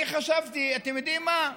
אני חשבתי: אתם יודעים מה,